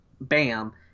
Bam